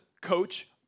coach